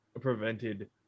prevented